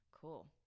Cool